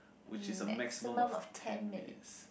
which is a maximum of ten minutes